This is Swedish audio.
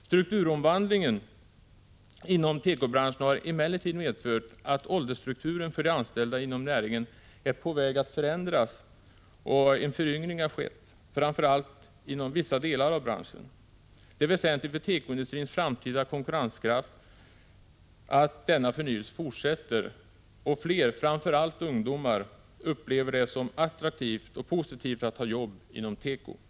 Strukturomvandlingen inom tekobranschen har emellertid medfört att åldersstrukturen för de anställda inom näringen är på väg att förändras, och en föryngring har Prot. 1985/86:108 skett, framför allt inom vissa delar av branschen. 3 april 1986 Det är väsentligt för tekoindustrins framtida konkurrenskraft att denna förnyelse fortsätter och att fler, framför allt ungdomar, upplever det som attraktivt och positivt att ta jobb inom tekoindustrin.